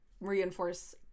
reinforce